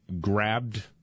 grabbed